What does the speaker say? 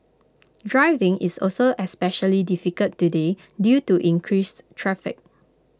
driving is also especially difficult today due to increased traffic